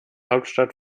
hauptstadt